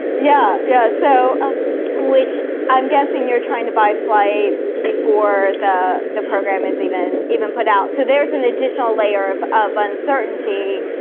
yeah, yeah, so ah which i'm guessing you're trying to buy flights before the the program is even even put out, so there's an additional layer of of uncertainty.